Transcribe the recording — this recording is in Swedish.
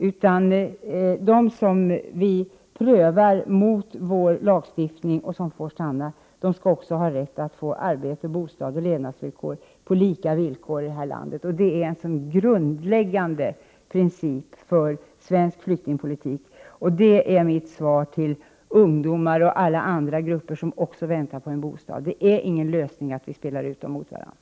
De personer vilkas fall prövas enligt vår lagstiftning och som får stanna skall också ha rätt att få arbete och bostad på lika villkor. Det är en grundläggande princip för svensk flyktingpolitik. Det är mitt svar till ungdomar och alla andra grupper som också väntar på en bostad. Det är ingen lösning att vi spelar ut dem mot varandra.